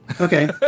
Okay